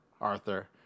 Arthur